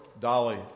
Dolly